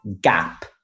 gap